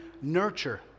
nurture